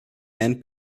and